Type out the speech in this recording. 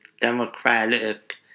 Democratic